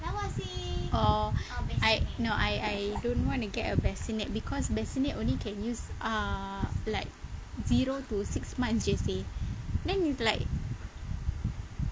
orh I no I I don't want to get a bassinet because bassinet only can use uh like zero to six month jer seh then if like